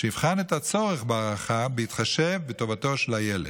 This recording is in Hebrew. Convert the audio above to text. והוא יבחן את הצורך בהארכה בהתחשב בטובתו של הילד.